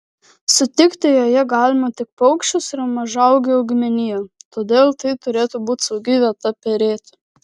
sutikti joje galima tik paukščius ir mažaūgę augmeniją todėl tai turėtų būti saugi vieta perėti